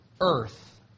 earth